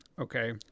Okay